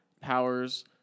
powers